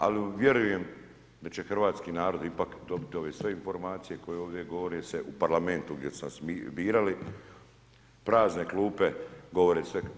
Ali vjerujem da će hrvatski narod ipak dobiti ove sve informacije koje ovdje govore se u Parlamentu gdje su nas birali, prazne klupe govori sve.